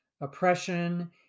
oppression